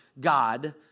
God